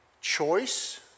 choice